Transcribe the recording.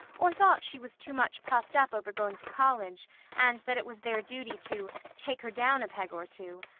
or thought she was too much puffed-up over going to college and that it was their duty to take her down a peg or two.